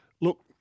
look